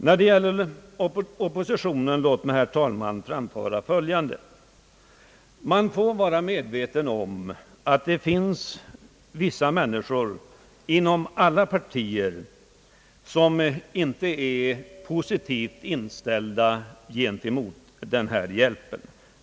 När det gäller opinionen vill jag, herr talman, framföra följande. Man får vara medveten om att det inom alla partier finns vissa personer som inte är positivt inställda gentemot denna hjälp.